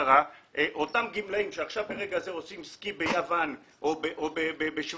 אותם גמלאים שעכשיו ברגע זה עושים סקי ביוון או בשוויץ,